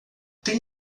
tem